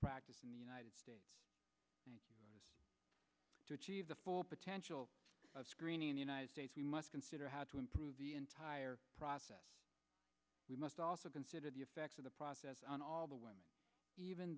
practice in the united states to achieve the full potential of screening united states we must consider how to improve the entire process we must also consider the effects of the process on all the women even